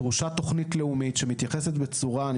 דרושה תוכנית לאומית שמתייחסת בצורה ארוכת טווח,